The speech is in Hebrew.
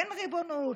כן ריבונות,